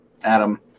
Adam